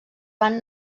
van